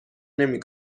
نمی